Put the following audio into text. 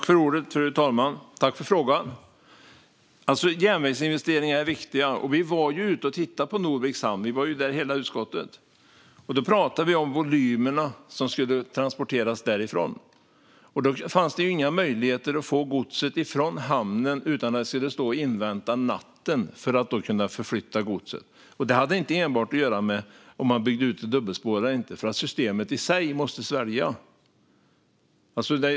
Fru talman! Jag tackar Jens Holm för frågan. Järnvägsinvesteringar är viktiga, och utskottet var ju och tittade på Norviks hamn. Då pratade vi om volymerna som skulle transporteras därifrån, och det fanns ingen möjlighet att få godset från hamnen utan att invänta natten för att kunna förflytta det. Det hade inte enbart med utbyggnad till dubbelspår eller inte att göra, för systemet i sig måste kunna svälja godset.